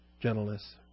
gentleness